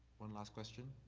one last question.